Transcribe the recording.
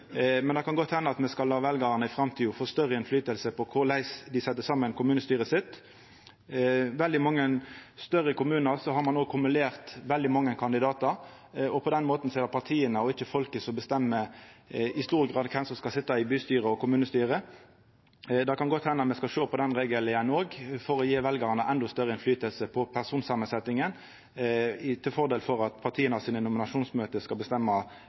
Men det kan godt henda at me skal la veljarane i framtida få større innverknad på korleis dei set saman kommunestyret sitt. I veldig mange større kommunar har ein nå kumulert veldig mange kandidatar, og på den måten er det i stor grad partia og ikkje folket som bestemmer kven som skal sitja i bystyre og kommunestyre. Det kan godt henda at me skal sjå på den regelen igjen òg, for å gje veljarane endå større innverknad på personsamansetninga, framfor at nominasjonsmøta i